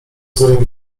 dzwonił